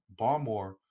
Barmore